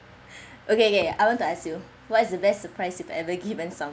okay okay I want to ask you what's the best surprise you have ever given some